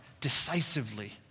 decisively